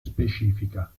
specifica